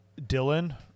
Dylan